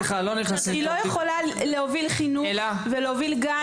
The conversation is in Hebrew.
היא לא יכולה להוביל חינוך ולהוביל חינוך ולהוביל גן,